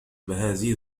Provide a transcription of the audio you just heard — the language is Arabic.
بهذه